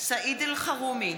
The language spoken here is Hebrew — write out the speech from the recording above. סעיד אלחרומי,